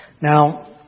Now